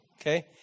Okay